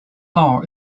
law